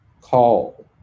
call